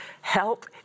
help